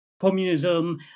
communism